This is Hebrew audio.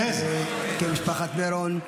משפחת מרון,